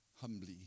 humbly